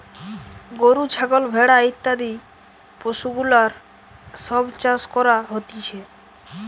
গরু, ছাগল, ভেড়া ইত্যাদি পশুগুলার সব চাষ করা হতিছে